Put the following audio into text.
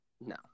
No